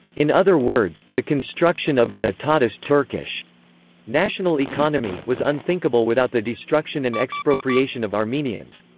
in other words the construction of an etatist turkish national economy was unthinkable without the destruction and expropriation of armenians.